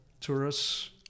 tourists